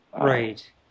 Right